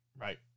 Right